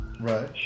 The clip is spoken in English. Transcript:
Right